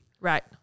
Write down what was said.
Right